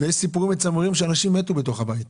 וגם יש סיפורים מצמררים על אנשים שמתו בתוך הבית.